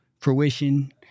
fruition